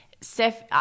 Steph